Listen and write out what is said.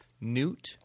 Newt